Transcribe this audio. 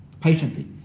patiently